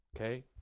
okay